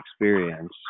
experience